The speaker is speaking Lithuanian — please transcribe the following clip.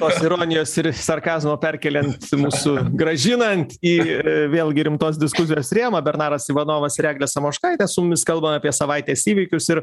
tos ironijos ir sarkazmo perkeliant mūsų grąžinant į vėlgi rimtos diskusijos rėmą bernaras ivanovas ir eglė samoškaitė su kalba apie savaitės įvykius ir